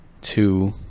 two